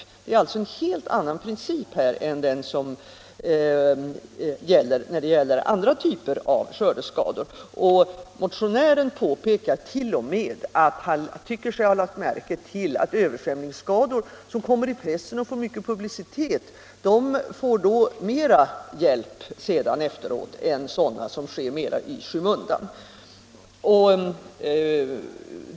Här gäller alltså en helt annan princip än vid andra typer av skördeskador. Motionären påpekar att han t.o.m. tycker sig ha lagt märke till att översvämningsskador som blivit omtalade i pressen och sålunda fått publicitet och kommit i rampljuset har blivit generösare behandlade än sådana skador som kommit i skymundan.